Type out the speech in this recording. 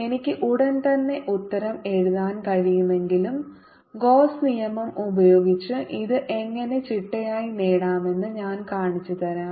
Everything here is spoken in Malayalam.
എനിക്ക് ഉടൻ തന്നെ ഉത്തരം എഴുതാൻ കഴിയുമെങ്കിലും ഗോസ്സ് നിയമം ഉപയോഗിച്ച് ഇത് എങ്ങനെ ചിട്ടയായി നേടാമെന്ന് ഞാൻ കാണിച്ചുതരാം